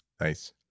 Nice